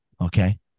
Okay